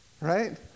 Right